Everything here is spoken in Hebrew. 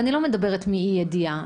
אני לא מדברת מאי ידיעה.